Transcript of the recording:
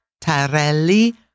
Tarelli